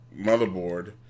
motherboard